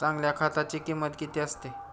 चांगल्या खताची किंमत किती असते?